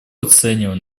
оцениваем